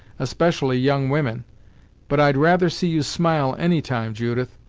especially young women but i'd rather see you smile any time, judith,